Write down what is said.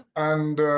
and,